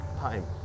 time